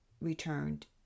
returned